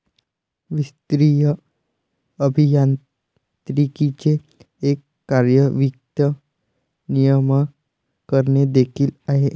वित्तीय अभियांत्रिकीचे एक कार्य वित्त नियमन करणे देखील आहे